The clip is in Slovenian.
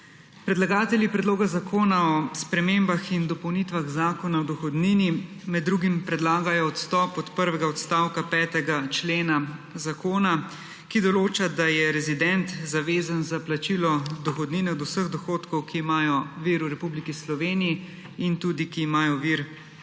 Predlagatelji Predloga zakona o spremembah in dopolnitvah Zakona o dohodnini med drugim predlagajo odstop od prvega odstavka 5. člena zakona, ki določa, da je rezident zavezan za plačilo dohodnine od vseh dohodkov, ki imajo vir v Republiki Sloveniji, in tudi dohodkov, ki imajo vir izven Slovenije.